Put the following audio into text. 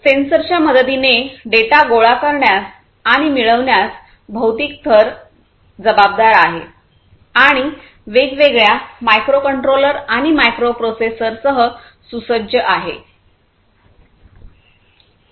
सेन्सरच्या मदतीने डेटा गोळा करण्यास आणि मिळविण्यास भौतिक थर जबाबदार आहे आणि वेगवेगळ्या मायक्रोकंट्रोलर आणि मायक्रोप्रोसेसरसह सुसज्ज आहे